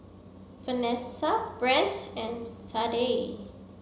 Vanessa Brant and Sadye